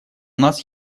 нас